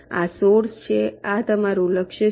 આ સોર્સ છે આ તમારું લક્ષ્ય છે